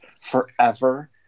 forever